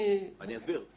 אני אסביר.